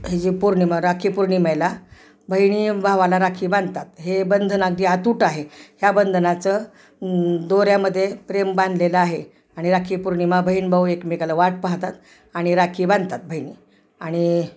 हे जी पौर्णिमा राखी पौर्णिमेला बहिणी भावाला राखी बांधतात हे बंधनात जे अतूट आहे ह्या बंधनाचं दोऱ्यामध्ये प्रेम बांधलेलं आहे आणि राखीपौर्णिमा बहीण भाऊ एकमेकाला वाट पाहातात आणि राखी बांधतात बहिणी आणि